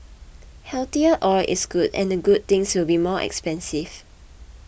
healthier oil is good and the good things will be more expensive